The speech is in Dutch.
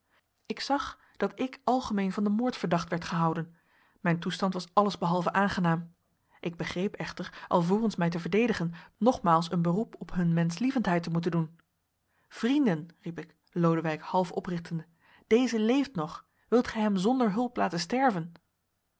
ik zag dat ik algemeen van den moord verdacht werd gehouden mijn toestand was alles behalve aangenaam ik begreep echter alvorens mij te verdedigen nogmaals een beroep op hun menschlievendheid te moeten doen vrienden riep ik lodewijk half oprichtende deze leeft nog wilt gij hem zonder hulp laten sterven